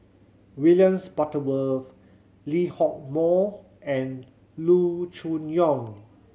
William Butterworth Lee Hock Moh and Loo Choon Yong